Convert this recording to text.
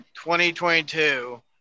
2022